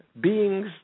beings